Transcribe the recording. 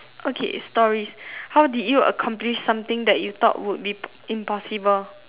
okay stories how did you accomplish something that you thought would be impossible